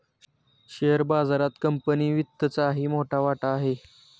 share बाजारात company वित्तचाही मोठा वाटा आहे